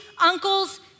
uncles